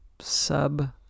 sub